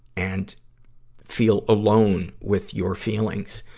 and feel alone with your feelings.